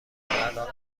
علاقه